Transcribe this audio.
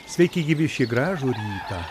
sveiki gyvi šį gražų rytą